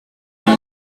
all